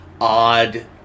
odd